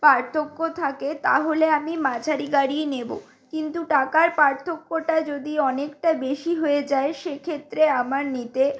পার্থক্য থাকে তাহলে আমি মাঝারি গাড়িই নেব কিন্তু টাকার পার্থক্যটা যদি অনেকটা বেশি হয়ে যায় সেক্ষেত্রে আমার নিতে